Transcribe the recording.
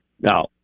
Now